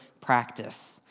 practice